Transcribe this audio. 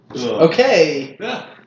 Okay